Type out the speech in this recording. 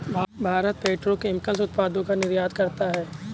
Bharat petrochemicals उत्पादों का निर्यात करता है